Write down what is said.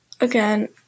again